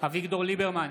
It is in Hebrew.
אביגדור ליברמן,